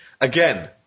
Again